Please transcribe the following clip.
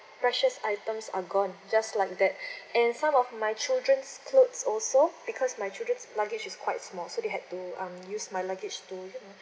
precious items are gone just like that and some of my children's clothes also because my children's luggage is quite small so they had to um use my luggage to you know